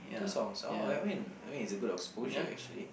two songs oh that mean I mean it's a good exposure actually